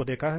बढ़ जाती है